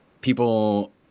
people